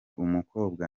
umukobwa